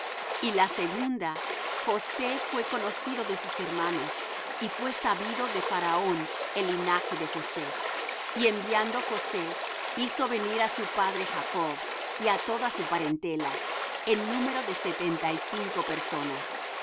y en la segunda josé fué conocido de sus hermanos y fué sabido de faraón el linaje de josé y enviando josé hizo venir á su padre jacob y á toda su parentela en número de setenta y cinco personas así